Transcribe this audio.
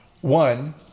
one